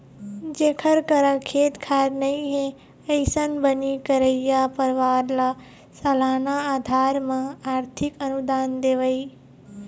जेखर करा खेत खार नइ हे, अइसन बनी करइया परवार ल सलाना अधार म आरथिक अनुदान देवई